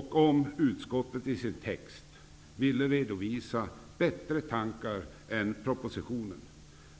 Om utskottet i sin text ville redovisa bättre tankar än regeringen har gjort i propositionen,